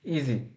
Easy